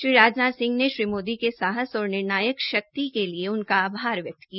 श्री राजनाथ सिंह ने श्री मोदी के साहस और निर्णायक शक्ति के लिए उनका आभार व्यक्त किया